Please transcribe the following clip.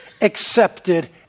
accepted